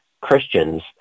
Christians